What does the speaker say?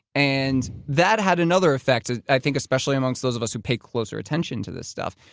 and that had another effect, i think especially amongst those of us who play closer attention to this stuff,